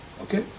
Okay